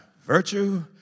virtue